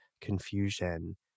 confusion